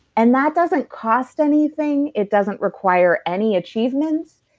and that doesn't cost anything, it doesn't require any achievements.